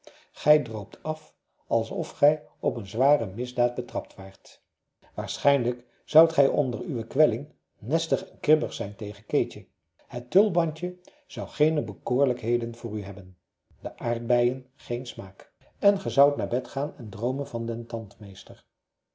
gij droopt af alsof gij op een zware misdaad betrapt waart waarschijnlijk zoudt gij onder uwe kwelling nestig en kribbig zijn tegen keetje het tulbandje zou geene bekoorlijkheden voor u hebben de aardbeien geen smaak en ge zoudt naar bed gaan en droomen van den